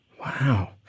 Wow